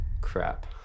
crap